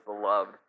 beloved